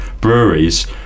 breweries